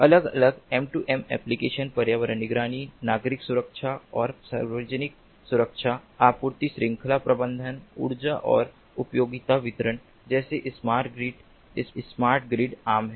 अलग अलग M2M application पर्यावरण निगरानी नागरिक सुरक्षा और सार्वजनिक सुरक्षा आपूर्ति श्रृंखला प्रबंधन ऊर्जा और उपयोगिता वितरण जैसे स्मार्ट ग्रिड स्मार्ट ग्रिड आम हैं